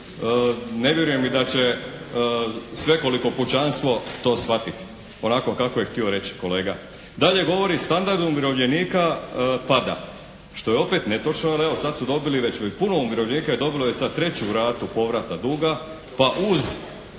ne vjerujem i da će svekoliko pučanstvo to shvatiti onako kako je to htio reći kolega. Dalje govori standard umirovljenika pada, što je opet netočno. Evo sad su dobili, već puno umirovljenika je dobilo već sad treću ratu povrata duga, pa uz